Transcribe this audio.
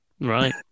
Right